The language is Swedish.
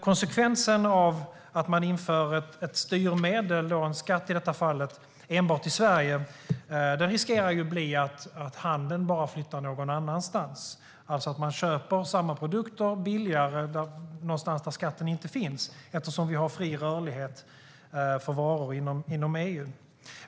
Konsekvensen av att man inför ett styrmedel - en skatt i detta fall - enbart i Sverige riskerar att bli att handeln bara flyttar någon annanstans, alltså att man köper samma produkter billigare någonstans där skatten inte finns eftersom vi har fri rörlighet för varor inom EU.